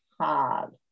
hard